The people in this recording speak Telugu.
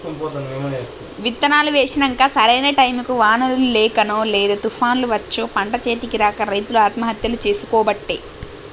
విత్తనాలు వేశినంక సరైన టైముకు వానలు లేకనో లేదా తుపాన్లు వచ్చో పంట చేతికి రాక రైతులు ఆత్మహత్యలు చేసికోబట్టే